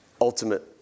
ultimate